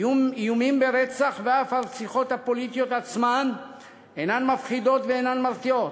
איומים ברצח ואף הרציחות הפוליטיות עצמן אינם מפחידים ואין מרתיעים,